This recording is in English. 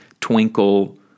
twinkle